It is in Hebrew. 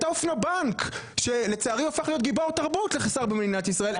את האופנובנק שלצערי הפך להיות גיבור תרבות במדינת ישראל.